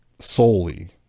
solely